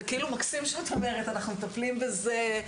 זה כאילו מקסים שאת אומרת 'אנחנו מטפלים בזה,